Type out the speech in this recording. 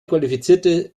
qualifizierte